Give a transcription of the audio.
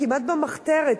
כמעט במחתרת,